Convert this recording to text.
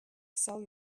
sell